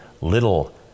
little